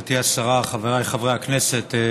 גברתי השרה, חבריי חברי הכנסת,